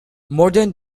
modern